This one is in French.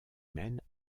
mène